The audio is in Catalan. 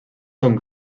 són